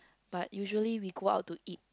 but usually we go out to eat